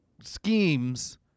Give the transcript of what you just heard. schemes